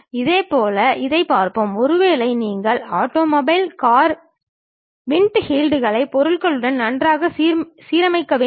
இதேபோல் இதைப் பார்ப்போம் ஒருவேளை நீங்கள் ஆட்டோமொபைல் கார் விண்ட்ஷீல்டுகளை பொருளுடன் நன்றாக சீரமைக்க வேண்டும்